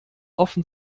offen